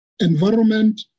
environment